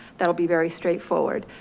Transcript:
that'll be very straightforward.